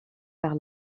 par